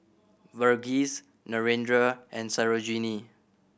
Verghese Narendra and Sarojini